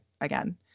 again